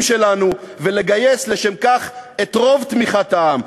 שלנו ולגייס לשם כך את תמיכת רוב העם.